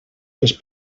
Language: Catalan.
les